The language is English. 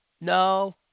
No